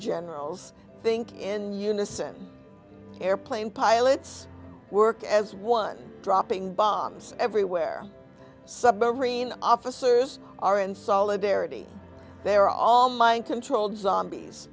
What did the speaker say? generals think in unison airplane pilots work as one dropping bombs everywhere submarine officers are in solidarity they're all mind controlled zombies